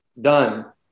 done